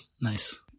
Nice